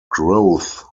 growth